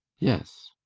yes.